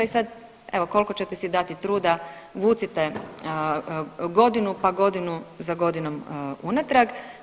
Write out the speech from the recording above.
I sad evo koliko ćete si dati truda vucite godinu, pa godinu za godinom unatrag.